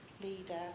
leader